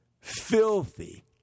filthy